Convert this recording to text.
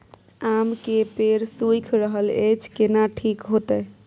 आम के पेड़ सुइख रहल एछ केना ठीक होतय?